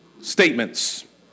statements